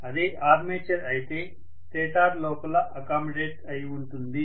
అదే ఆర్మేచర్ అయితే స్టేటార్ లోపల అకామిడేట్ అయి ఉంటుంది